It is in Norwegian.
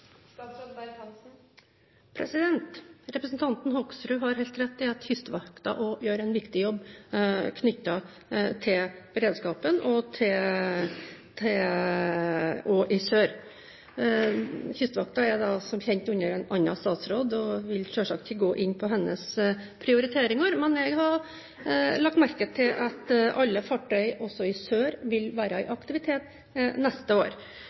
Representanten Hoksrud har helt rett i at Kystvakten gjør en viktig jobb knyttet til beredskapen, også i sør. Kystvakten ligger som kjent under en annen statsråd, og jeg vil selvsagt ikke gå inn på hennes prioriteringer. Men jeg har lagt merke til at alle fartøy også i sør vil være i aktivitet neste år.